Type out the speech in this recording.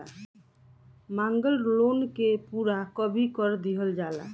मांगल लोन के पूरा कभी कर दीहल जाला